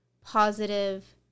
positive